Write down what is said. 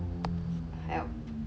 help